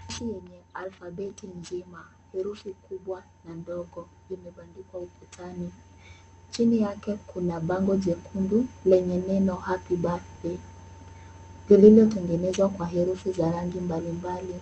Karatasi yenye alphabeti mzima herufi kubwa na ndogo imebandikwa ukutani. Chini yake kuna bango jekundu lenye neno "happy birthday". Thelini hutengenezwa kwa herufi za rangi mbalimbali.